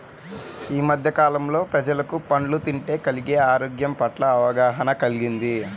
యీ మద్దె కాలంలో ప్రజలకు పండ్లు తింటే కలిగే ఆరోగ్యం పట్ల అవగాహన కల్గింది